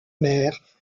mère